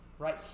Right